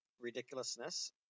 ridiculousness